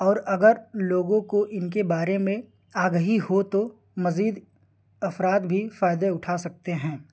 اور اگر لوگوں کو ان کے بارے میں آگہی ہو تو مزید افراد بھی فائدے اٹھا سکتے ہیں